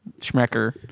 Schmecker